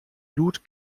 blut